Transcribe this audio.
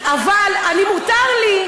אבל מותר לי,